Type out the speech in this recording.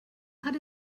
hatte